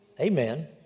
Amen